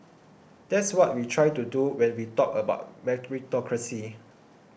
that's what we try to do when we talked about meritocracy